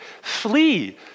flee